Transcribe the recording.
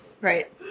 right